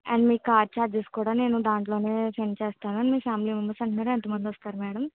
and మీ car charges కూడా నేను దాంట్లోనే సెండ్ చేస్తాను అండ్ మీ ఫ్యామిలీ మెంబెర్స్ అంట్నారు ఎంతమంది వస్తారు మేడం